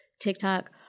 TikTok